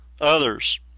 Others